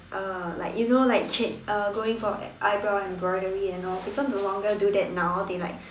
uh like you know like ch~ uh going for eyebrow embroidery and all people no longer do that now they like